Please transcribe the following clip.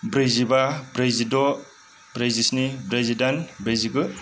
ब्रैजिबा ब्रैजिद' ब्रैजिस्नि ब्रैजिदाइन ब्रैजिगु